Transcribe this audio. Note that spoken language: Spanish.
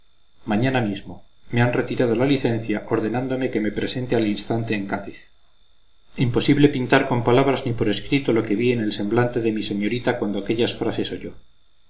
mañana mismo me han retirado la licencia ordenándome que me presente al instante en cádiz imposible pintar con palabras ni por escrito lo que vi en el semblante de mi señorita cuando aquellas frases oyó